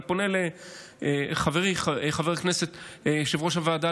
אני פונה לחברי חבר הכנסת יושב-ראש הוועדה